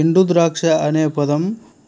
ఎండుద్రాక్ష అనే పదం